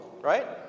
right